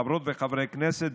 חברות וחברי כנסת,